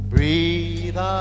Breathe